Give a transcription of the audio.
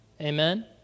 Amen